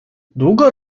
długo